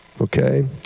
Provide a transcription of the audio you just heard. okay